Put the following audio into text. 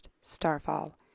Starfall